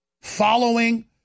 following